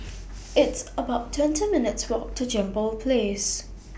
It's about twenty minutes' Walk to Jambol Place